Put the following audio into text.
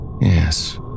Yes